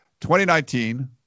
2019